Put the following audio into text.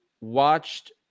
watched